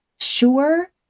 sure